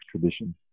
tradition